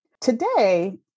Today